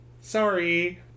sorry